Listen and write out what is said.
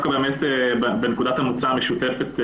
להתחיל בנקודת המוצא המשותפת.